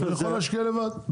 אתה יכול להשקיע לבד.